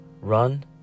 run